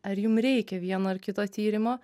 ar jum reikia vieno ar kito tyrimo